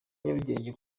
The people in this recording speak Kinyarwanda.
nyarugenge